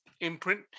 imprint